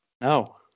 No